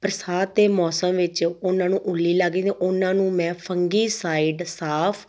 ਬਰਸਾਤ ਦੇ ਮੌਸਮ ਵਿੱਚ ਉਹਨਾਂ ਨੂੰ ਉੱਲੀ ਲੱਗ ਜਾਂਦੀ ਉਹਨਾਂ ਨੂੰ ਮੈਂ ਫੰਗੀ ਸਾਈਡ ਸਾਫ਼